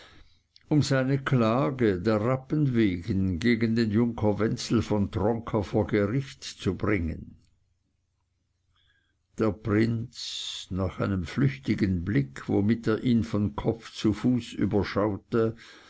um seine klage der rappen wegen gegen den junker wenzel von tronka vor gericht zu bringen der prinz nach einem flüchtigen blick womit er ihn von kopf zu fuß